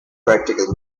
practical